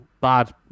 bad